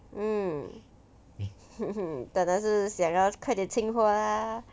mm 当然是想要快点清货 lah